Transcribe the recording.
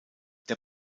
der